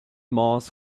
moss